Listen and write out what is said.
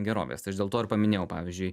gerovės tai aš dėl to ir paminėjau pavyzdžiui